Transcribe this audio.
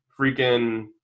Freaking